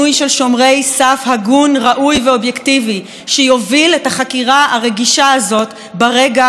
ראוי ואובייקטיבי שיוביל את החקירה הרגישה הזאת ברגע הקריטי והחשוב הזה.